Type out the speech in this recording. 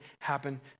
happen